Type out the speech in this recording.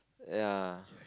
ya